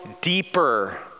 deeper